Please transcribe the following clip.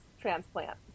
transplant